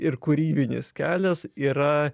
ir kūrybinis kelias yra